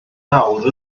awr